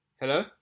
Hello